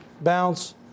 bounce